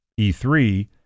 E3